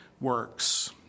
works